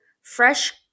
fresh